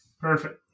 Perfect